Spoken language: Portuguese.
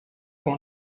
com